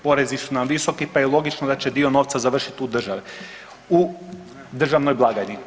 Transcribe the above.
Porezi su nam visoki pa je logično da će dio novca završiti u državi, u državnoj blagajni.